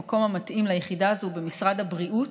המקום המתאים ליחידה הזאת הוא במשרד הבריאות,